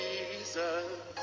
Jesus